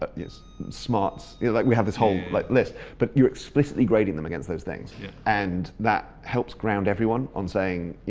ah smarts. yeah like we have this whole like list, but you're explicitly grading them against those things yeah and that helps ground everyone on saying you